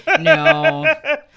No